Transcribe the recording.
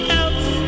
else